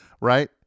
Right